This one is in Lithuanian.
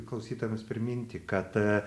klausytojams priminti kad a